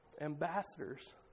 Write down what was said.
Ambassadors